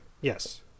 Yes